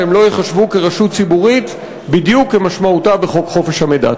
שהם לא ייחשבו לרשות ציבורית בדיוק כמשמעותה בחוק חופש המידע.